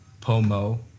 Pomo